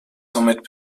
somit